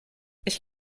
ich